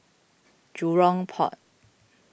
Jurong Port